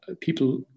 people